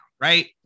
right